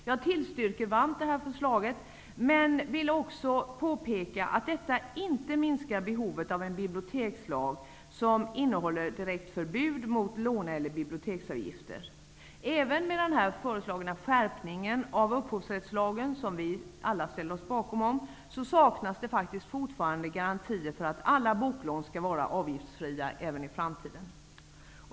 Jag tillstyrker varmt det här förslaget, men vill också påpeka att detta inte minskar behovet av en bibliotekslag som innehåller direkt förbud mot låne eller biblioteksavgifter. Även med den föreslagna skärpningen av upphovsrättslagen, som vi alla ställer oss bakom, saknas det faktiskt fortfarande garantier för att alla boklån skall vara avgiftsfria även i framtiden.